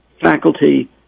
faculty